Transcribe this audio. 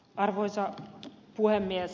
arvoisa puhemies